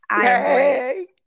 hey